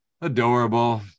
adorable